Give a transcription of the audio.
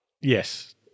Yes